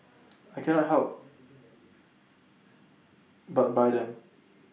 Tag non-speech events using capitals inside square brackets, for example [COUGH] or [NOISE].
I cannot help [NOISE] but buy them